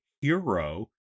hero